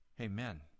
amen